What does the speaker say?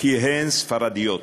כי הן ספרדיות.